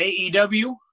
AEW